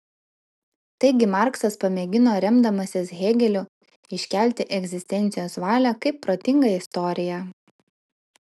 taigi marksas pamėgino remdamasis hėgeliu iškelti egzistencijos valią kaip protingą istoriją